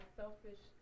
selfish